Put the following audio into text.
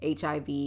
hiv